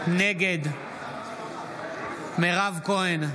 נגד מירב כהן,